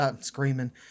screaming